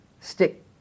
stick